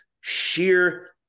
sheer